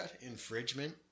infringement